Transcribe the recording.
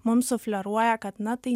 mums sufleruoja kad na tai